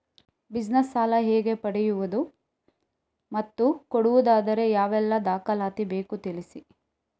Business ಸಾಲ ಹೇಗೆ ಪಡೆಯುವುದು ಮತ್ತು ಕೊಡುವುದಾದರೆ ಯಾವೆಲ್ಲ ದಾಖಲಾತಿ ಬೇಕು ತಿಳಿಸಿ?